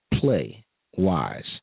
play-wise